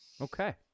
okay